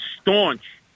staunch